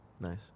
Nice